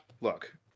look